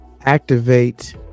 Activate